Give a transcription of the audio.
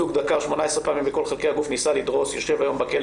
בעבירות אלימות חמורה, כמו ניסיון רצח, בטח